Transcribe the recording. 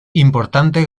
importante